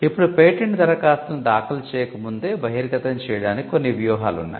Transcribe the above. ఇప్పుడు పేటెంట్ దరఖాస్తును దాఖలు చేయక ముందే బహిర్గతం చేయడానికి కొన్ని వ్యూహాలు ఉన్నాయి